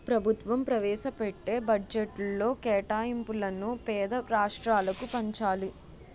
ప్రభుత్వం ప్రవేశపెట్టే బడ్జెట్లో కేటాయింపులను పేద రాష్ట్రాలకు పంచాలి